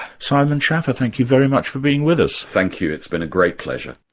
simon schaffer, thank you very much for being with us. thank you, it's been a great pleasure.